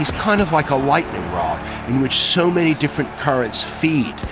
is kind of like a lightning rod in which so many different currents feed,